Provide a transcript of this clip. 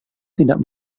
tidak